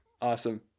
Awesome